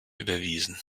überwiesen